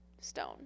stone